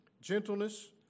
gentleness